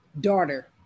Daughter